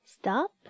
Stop